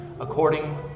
according